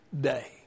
day